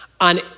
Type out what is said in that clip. on